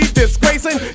disgracing